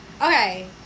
Okay